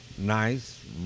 Nice